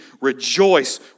rejoice